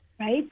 right